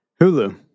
Hulu